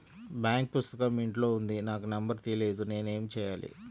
Bank పుస్తకం ఇంట్లో ఉంది నాకు నంబర్ తెలియదు నేను ఏమి చెయ్యాలి?